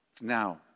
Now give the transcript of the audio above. Now